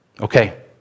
okay